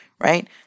right